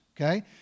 okay